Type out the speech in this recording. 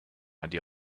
idea